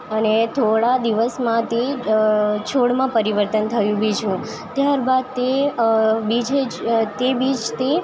અને થોડા દિવસમાં તે છોડમાં પરિવર્તન થયું બીજનું ત્યારબાદ તે બીજે જ તે બીજ તે